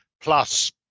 plus